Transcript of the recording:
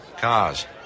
Cars